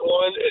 one